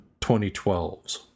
2012s